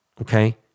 okay